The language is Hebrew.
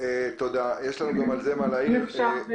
אני רוצה להעיר משהו.